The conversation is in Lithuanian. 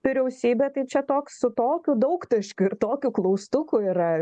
vyriausybę tai čia toks su tokiu daugtaškiu ir tokiu klaustukų yra